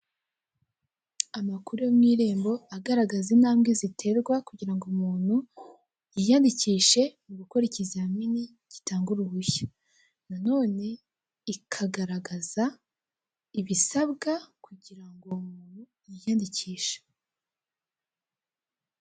Amakuru yo mu irembo agaragaza intambwe ziterwa kugira ngo umuntu yiyandikishe mu gukora ikizamini gitanga uruhushya, nanone kikagaragaza ibisabwa kugira ngo uwo muntu yiyandikishe.